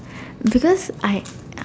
because I